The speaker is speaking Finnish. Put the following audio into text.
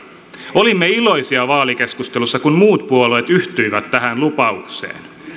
olimme iloisia vaalikeskustelussa kun muut puolueet yhtyivät tähän lupaukseen